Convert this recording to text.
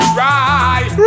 right